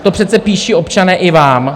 To přece píší občané i vám.